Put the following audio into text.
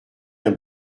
d’un